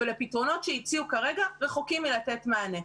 הפתרונות שהציעו כרגע רחוקים מלתת מענה.